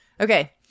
Okay